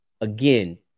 Again